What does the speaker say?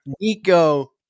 Nico